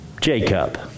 Jacob